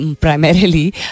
primarily